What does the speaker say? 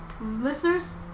Listeners